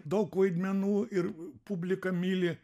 daug vaidmenų ir publika myli